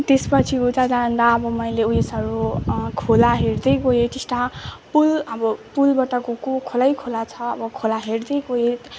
त्यस पछि उता जाँदा अब मैले उयेसहरू खोला हेर्दै गएँ टिस्टा पुल अब पुलबाट गएको खोलै खोला छ अब खोला हेर्दै गएँ